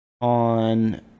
on